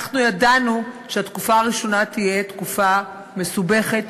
אנחנו ידענו שהתקופה הראשונה תהיה תקופה מסובכת,